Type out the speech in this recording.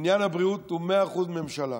עניין הבריאות הוא מאה אחוז ממשלה.